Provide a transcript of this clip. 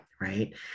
Right